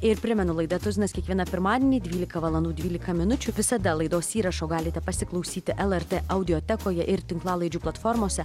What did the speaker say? ir primenu laida tuzinas kiekvieną pirmadienį dvylika valandų dvylika minučių visada laidos įrašo galite pasiklausyti lrt audiotekoje ir tinklalaidžių platformose